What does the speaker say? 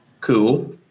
Cool